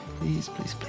please, please,